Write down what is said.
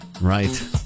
Right